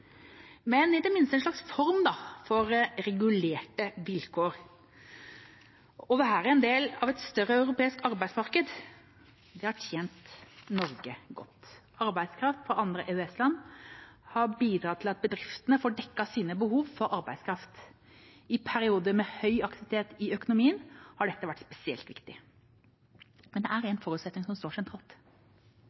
men i det minste en slags form for regulerte vilkår. Å være del av et større europeisk arbeidsmarked har tjent Norge godt. Arbeidskraft fra andre EØS-land har bidratt til at bedriftene får dekket sine behov for arbeidskraft. I perioder med høy aktivitet i økonomien har dette vært spesielt viktig. Men det er én forutsetning som står sentralt.